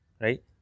right